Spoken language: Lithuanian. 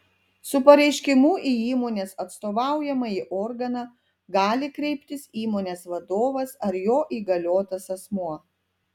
su pareiškimu į įmonės atstovaujamąjį organą gali kreiptis įmonės vadovas ar jo įgaliotas asmuo